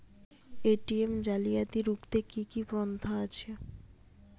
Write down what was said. ATM জালিয়াতি রুখতে কি কি পন্থা আছে?